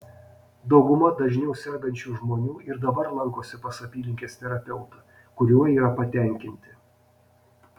dauguma dažniau sergančių žmonių ir dabar lankosi pas apylinkės terapeutą kuriuo yra patenkinti